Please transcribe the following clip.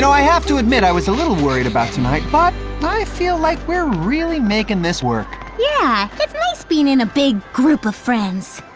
i have to admit i was a little worried about tonight, but i feel like we're really making this work. yeah, it's nice being in a big group of friends.